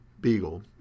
Beagle